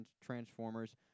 Transformers